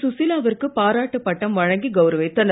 சுசீலா விற்கு பாராட்டுப் பட்டம் வழங்கி கவுரவித்தனர்